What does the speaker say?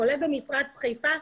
כולל במפרץ חיפה.